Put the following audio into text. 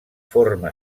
forma